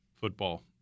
football